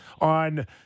on